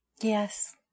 Yes